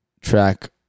track